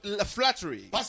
flattery